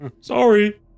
Sorry